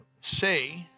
say